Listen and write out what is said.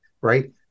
right